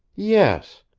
yes.